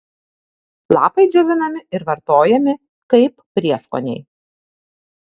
lapai džiovinami ir vartojami kaip prieskoniai